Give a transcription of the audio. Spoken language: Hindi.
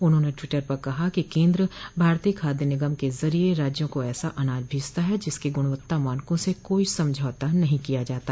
उन्होंने ट्वीटर पर कहा कि केंद्र भारतीय खाद्य निगम के जरिए राज्यों को ऐसा अनाज भेजता है जिसके ग्णवत्ता मानकों से कोई समझौता नहीं किया जाता